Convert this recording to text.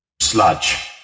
sludge